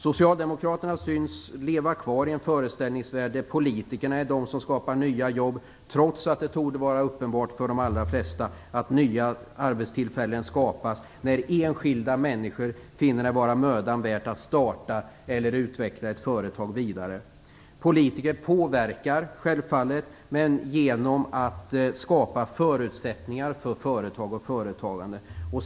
Socialdemokraterna synes leva kvar i en föreställningsvärld, där politikerna är de som skapar nya jobb, trots att det torde vara uppenbart för de allra flesta att nya arbetstillfällen skapas när enskilda människor finner det vara mödan värt att starta eller utveckla ett företag vidare. Politiker påverkar självfallet, men genom att skapa förutsättningar för företag och företagande.